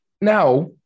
now